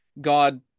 God